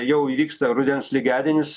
jau įvyksta rudens lygiadienis